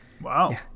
Wow